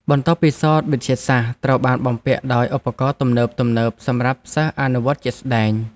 បន្ទប់ពិសោធន៍វិទ្យាសាស្ត្រត្រូវបានបំពាក់ដោយឧបករណ៍ទំនើបៗសម្រាប់សិស្សអនុវត្តជាក់ស្តែង។